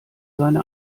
seine